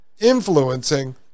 influencing